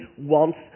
wants